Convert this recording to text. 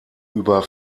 über